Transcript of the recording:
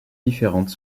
différentes